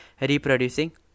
reproducing